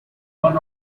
one